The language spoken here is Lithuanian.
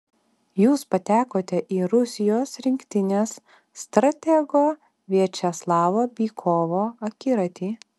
jūs patekote į rusijos rinktinės stratego viačeslavo bykovo akiratį